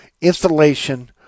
installation